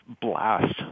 blast